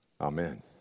Amen